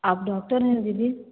आप डॉक्टर हैं ना दीदी